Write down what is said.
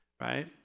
right